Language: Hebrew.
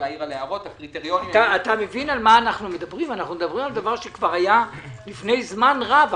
אתה מבין על מה אנחנו מדברים על דבר שהיה לפני זמן רב.